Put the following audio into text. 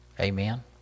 Amen